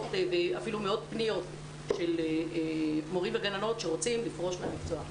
עשרות ואפילו מאות פניות של מורים וגננות שרוצים לפרוש מהמקצוע.